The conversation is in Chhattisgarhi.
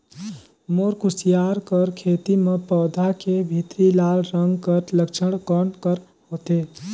मोर कुसियार कर खेती म पौधा के भीतरी लाल रंग कर लक्षण कौन कर होथे?